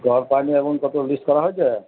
জল পায়নি এমন কত লিস্ট করা হয়েছে